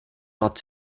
nord